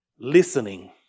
Listening